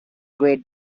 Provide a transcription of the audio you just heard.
great